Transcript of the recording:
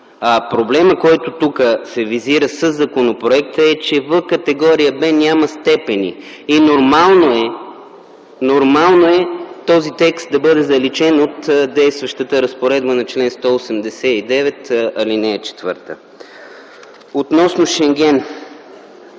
проблемът, който тук се визира със законопроекта, е, че в категория Б няма степени и е нормално този текст да бъде заличен от действащата разпоредба на чл. 189, ал. 4. Относно Шенген